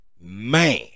man